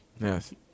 Yes